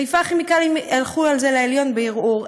חיפה כימיקלים הלכו על זה לעליון בערעור.